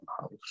house